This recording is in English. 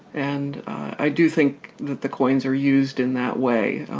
and i do think that the coins are used in that way,